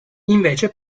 invece